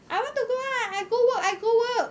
I want to go out I go work I go work